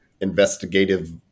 investigative